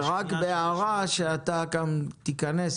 רק הערה, שאולי גם תיכנס אליה.